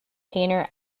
painter